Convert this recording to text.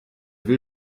will